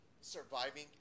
surviving